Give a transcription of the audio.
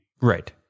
Right